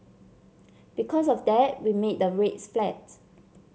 because of that we made the rates flat